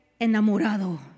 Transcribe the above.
enamorado